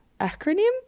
acronym